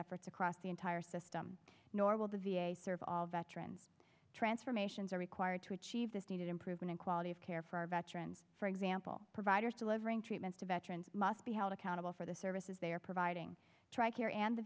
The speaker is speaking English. efforts across the entire system nor will the v a serve all veterans transformations are required to achieve this needed improvement in quality of care for veterans for example providers delivering treatment to veterans must be held accountable for the services they are providing tri care and the